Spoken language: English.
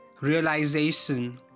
Realization